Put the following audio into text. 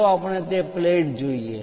ચાલો આપણે તે પ્લેટ જોઈએ